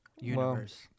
universe